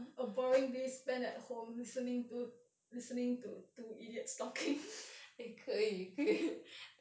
boring days spent at home listening to listening to two idiots talking